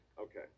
Okay